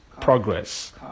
progress